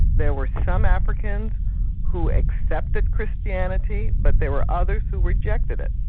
there were some africans who accepted christianity but there were others who rejected it.